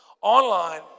online